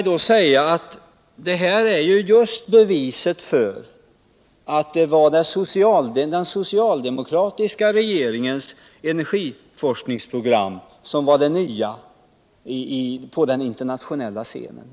Detta är just beviset för att det var den socialdemokratiska regeringens energiforskningsprogram som var det nya på den internationella scenen.